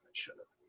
should have.